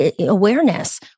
awareness